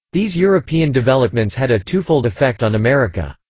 these european developments had a twofold effect on america.